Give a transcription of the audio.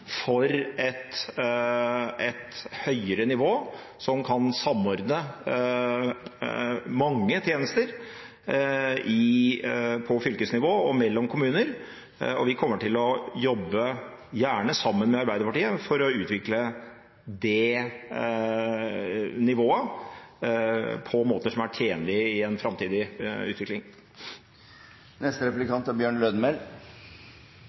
for et høyere nivå som kan samordne mange tjenester på fylkesnivå og mellom kommuner, og vi kommer til å jobbe – gjerne sammen med Arbeiderpartiet – for å utvikle det nivået på måter som er tjenlige i en framtidig utvikling.